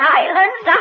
island's